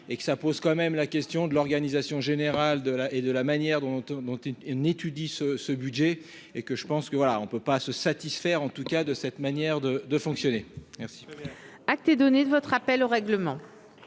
et que ça pose quand même la question de l'organisation générale de la et de la manière dont on dont il n'étudie ce ce budget et que je pense que voilà, on ne peut pas se satisfaire, en tout cas de cette manière de de fonctionner,